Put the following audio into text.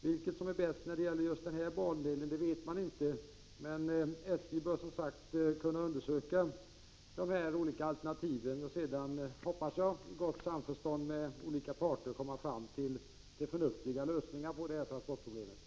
Vilket som är det bästa just när det gäller den här bandelen vet man inte, men SJ bör som sagt kunna undersöka de olika alternativen och sedan — jag hoppas i gott samförstånd med olika parter — komma fram till en förnuftig lösning på transportproblemen.